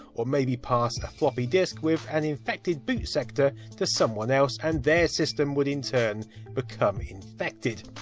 or maybe pass floppy disk with an infected boot sector to someone else, and their system would in turn become infected.